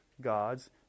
God's